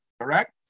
Correct